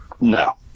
no